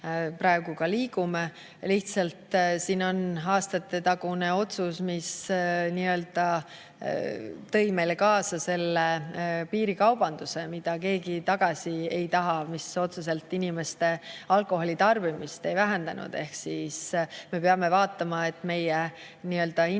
praegu ka liigume. Lihtsalt siin on aastatetagune otsus, mis tõi meile kaasa piirikaubanduse, mida keegi tagasi ei taha, ja mis otseselt inimeste alkoholitarbimist ei vähendanud. Ehk siis me peame vaatama, et meie hinnavahed